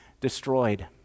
destroyed